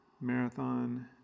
Marathon